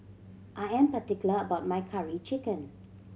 I am particular about my Curry Chicken